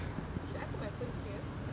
should I put my phone here